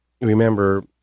remember